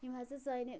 یِم ہَسا سانہِ